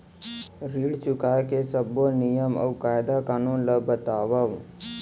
ऋण चुकाए के सब्बो नियम अऊ कायदे कानून ला बतावव